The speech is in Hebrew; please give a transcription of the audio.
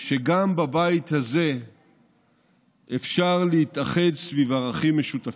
שגם בבית הזה אפשר להתאחד סביב ערכים משותפים.